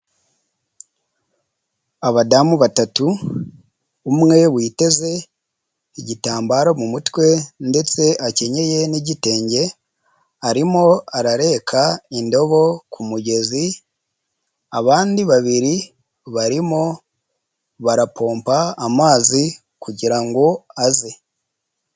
Abadamu batatu, umwe witeze igitambaro mu mutwe ndetse akenyeye n'igitenge, arimo arareka indobo ku mugezi, abandi babiri barimo barapompa amazi kugira ngo aze.